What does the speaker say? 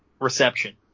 reception